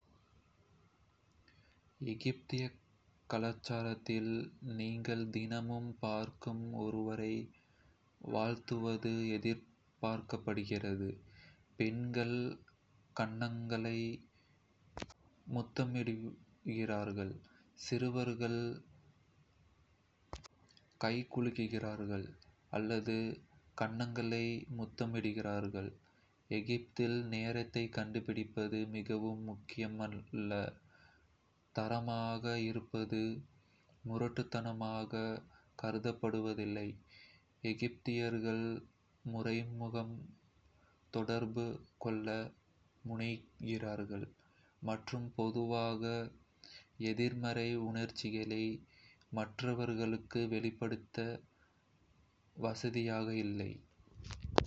எகிப்திய கலாச்சாரத்தில், நீங்கள் தினமும் பார்க்கும் ஒருவரை வாழ்த்துவது எதிர்பார்க்கப்படுகிறது. பெண்கள் கன்னங்களை முத்தமிடுகிறார்கள், சிறுவர்கள் கைகுலுக்குகிறார்கள் அல்லது கன்னங்களை முத்தமிடுகிறார்கள். எகிப்தில் நேரத்தை கடைபிடிப்பது மிகவும் முக்கியமல்ல, தாமதமாக இருப்பது முரட்டுத்தனமாக கருதப்படுவதில்லை. எகிப்தியர்கள் மறைமுகமாக தொடர்பு கொள்ள முனைகிறார்கள் மற்றும் பொதுவாக எதிர்மறை உணர்ச்சிகளை மற்றவர்களுக்கு வெளிப்படுத்த வசதியாக இல்லை.